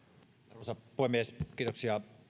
arvoisa puhemies kiitoksia